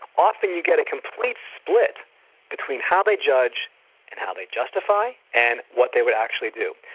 often you get a complete split between how they judge and how they justify, and what they would actually do.